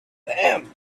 them